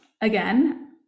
again